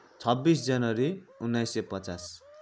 छब्बिस जनवरी उन्नाइस सय पचास